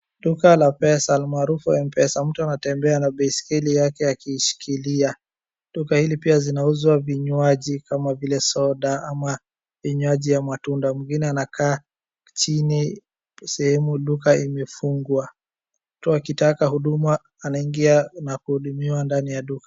Duka la pesa, almaharufu mpesa. Mtu anatembea na baiskeli yake akiishikilia. Duka hili pia zinauzwa vinywaji kama vile soda ama vinywaji ya matunda. Mwingine anaka chini sehemu duka imefungwa. Mtu akitaka huduma anainia na kuhudumiwa ndani ya duka.